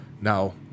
Now